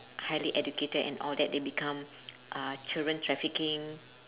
highly educated and all that they become uh children trafficking